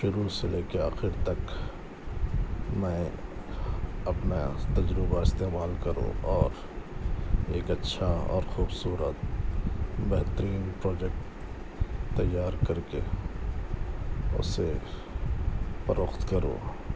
شروع سے لے کر آخر تک میں اپنا تجربہ استعمال کروں اور ایک اچھا اور خوبصورت بہترین پروجیکٹ تیار کر کے اسے فروخت کروں